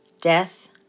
Death